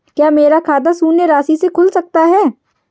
क्या मेरा खाता शून्य राशि से खुल सकता है?